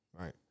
right